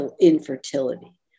infertility